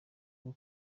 bwo